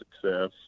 success